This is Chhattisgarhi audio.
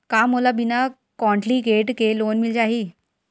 का मोला बिना कौंटलीकेट के लोन मिल जाही?